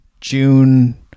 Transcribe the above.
June